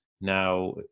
now